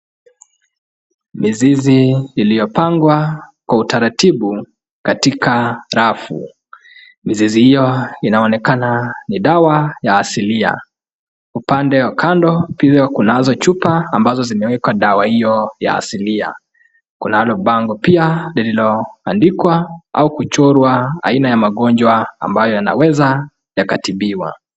Mizizi iliyopangwa kwa utaratibu katika rafu. Mizizi hiyo inaonekana ni dawa ya asilia. Upande wa kando pia kunazo chupa ambazo zimewekwa dawa hiyo ya asilia. Kunalo bango pia lililoandikwa au kuchorwa aina ya magonjwa ambayo yanaweza yakatibiwa.